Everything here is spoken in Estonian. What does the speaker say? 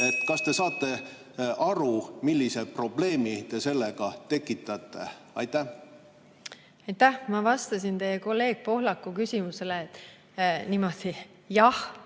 Kas te saate aru, millise probleemi te sellega tekitate? Aitäh! Ma vastasin teie kolleegi Pohlaku küsimusele niimoodi: jah,